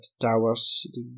towers